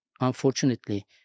Unfortunately